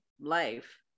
life